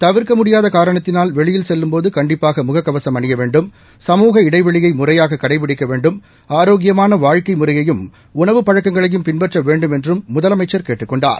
தவிர்க்க முடியாத காரணத்தினால் வெளியில் செல்லும்போது கண்டிப்பாக முக கவசும் அணிய வேண்டும் சமூக இடைவெளியை முறையாக கடைபிடிக்க வேண்டும் ஆரோக்கியமான வாழ்க்கை முறையையும் உணவு பழக்கங்களையும் பின்பற்ற வேண்டும் என்றும் முதலமைச்சர் கேட்டுக் கொண்டுள்ளார்